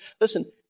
Listen